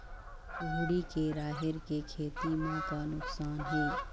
कुहड़ी के राहेर के खेती म का नुकसान हे?